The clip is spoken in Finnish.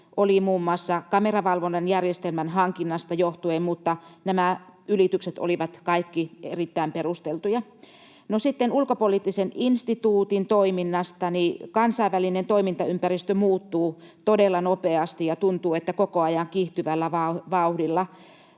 oli muun muassa kameravalvonnan järjestelmän hankinnasta johtuen, mutta nämä ylitykset olivat kaikki erittäin perusteltuja. Sitten Ulkopoliittisen instituutin toiminnasta: Kansainvälinen toimintaympäristö muuttuu todella nopeasti ja, tuntuu siltä, koko ajan kiihtyvällä vauhdilla.